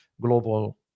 global